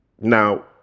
Now